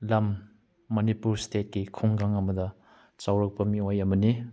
ꯂꯝ ꯃꯅꯤꯄꯨꯔ ꯏꯁꯇꯦꯠꯀꯤ ꯈꯨꯡꯒꯪ ꯑꯃꯗ ꯆꯥꯎꯔꯛꯄ ꯃꯤꯑꯣꯏ ꯑꯃꯅꯤ